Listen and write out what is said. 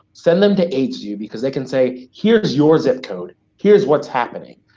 send them to aidsvu because they can say here is your zip code. here's what's happening.